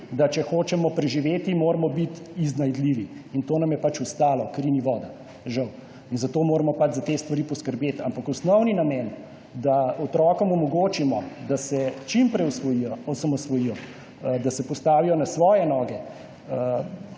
da če hočemo preživeti, moramo biti iznajdljivi. In to nam je pač ostalo. Kri ni voda. Žal. Zato moramo za te stvari poskrbeti. Ampak osnovni namen, da otrokom omogočimo, da se čimprej osamosvojijo, da se postavijo na svoje noge,